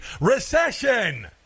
recession